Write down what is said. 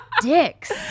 dicks